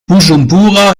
bujumbura